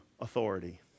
authority